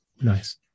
Nice